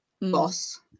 Boss